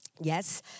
Yes